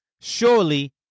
Surely